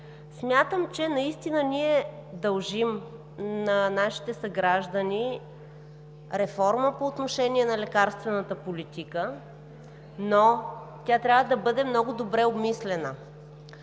смятам, че ние наистина дължим на нашите съграждани реформа по отношение на лекарствената политика, но тя трябва да бъде много добре обмислена.